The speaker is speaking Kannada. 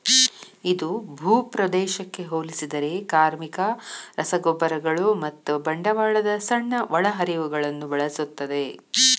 ಇದು ಭೂಪ್ರದೇಶಕ್ಕೆ ಹೋಲಿಸಿದರೆ ಕಾರ್ಮಿಕ, ರಸಗೊಬ್ಬರಗಳು ಮತ್ತು ಬಂಡವಾಳದ ಸಣ್ಣ ಒಳಹರಿವುಗಳನ್ನು ಬಳಸುತ್ತದೆ